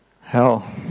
hell